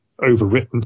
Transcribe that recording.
overwritten